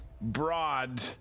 broad